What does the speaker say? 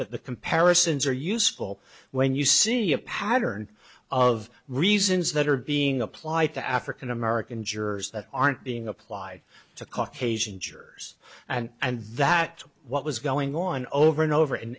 the comparisons are useful when you see a pattern of reasons that are being applied to african american jurors that aren't being applied to caucasian jurors and that what was going on over and over in